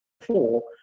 four